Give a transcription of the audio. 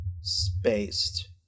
spaced